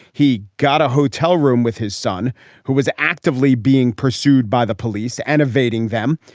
he got a hotel room with his son who was actively being pursued by the police and evading them.